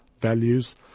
values